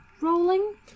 rolling